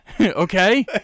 okay